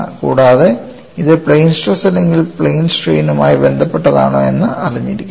കൂടാതെ ഇത് plain stress അല്ലെങ്കിൽ പ്ലെയിൻ സ്ട്രെയിനും ആയി ബന്ധപ്പെട്ടതാണോ എന്ന് അറിഞ്ഞിരിക്കണം